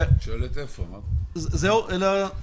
זהו אביעד?